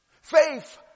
Faith